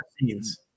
scenes